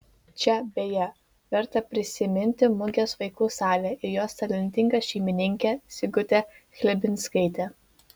čia beje verta prisiminti mugės vaikų salę ir jos talentingą šeimininkę sigutę chlebinskaitę